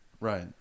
Right